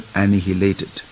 annihilated